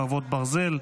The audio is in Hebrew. חרבות ברזל)